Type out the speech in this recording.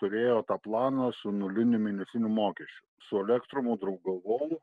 turėjo tą planą su nuliniu mėnesiniu mokesčiu su elektrumu draugavau